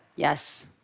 yes.